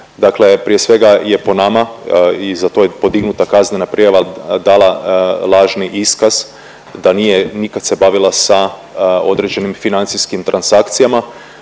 Dakle, prije svega je po nama i za to je podignuta kaznena prijava dala lažni iskaz da nije nikad se bavila sa određenim financijskim transakcijama.